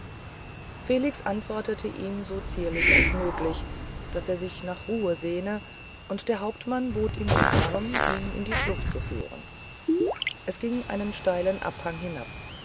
felix antwortete ihm so zierlich als möglich daß er sich nach ruhe sehne und der hauptmann bot ihm den arm ihn in die schlucht zu führen es ging einen steilen abhang hinab